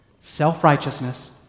self-righteousness